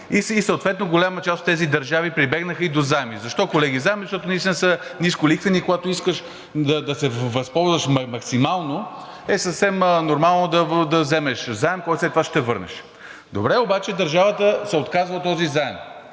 и съответно голяма част от тези държави прибегнаха и до заеми. Защо, колеги, заеми? Защото наистина са нисколихвени, когато искаш да се възползваш максимално, е съвсем нормално да вземеш заем, който след това ще върнеш. Добре, обаче държавата се отказа от този заем,